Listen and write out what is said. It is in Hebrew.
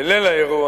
בליל האירוע,